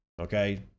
Okay